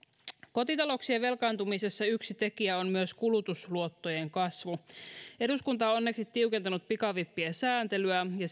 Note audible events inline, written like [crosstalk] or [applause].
kotitalouksien velkaantumisessa yksi tekijä on myös kulutusluottojen kasvu eduskunta on onneksi tiukentanut pikavippien sääntelyä ja [unintelligible]